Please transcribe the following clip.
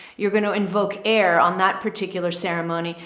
you're going to invoke air on that particular ceremony.